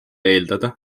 eeldada